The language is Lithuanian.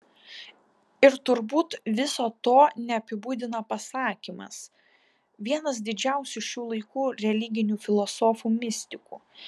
ir turbūt viso to neapibūdina pasakymas vienas didžiausių šių laikų religinių filosofų mistikų